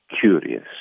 curious